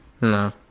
no